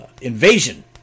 Invasion